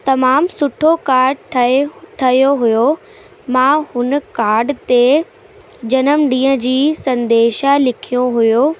तमामु सुठो कार्ड ठहे ठहियो हुओ मां हुन कार्ड ते जनमॾींहं जी संदेशा लिखियो हुओ